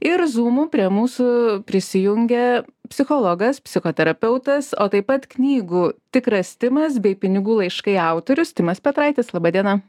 ir zoomu prie mūsų prisijungia psichologas psichoterapeutas o taip pat knygų tikras timas bei pinigų laiškai autorius timas petraitis laba diena